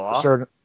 certain